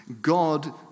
God